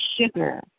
sugar